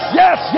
yes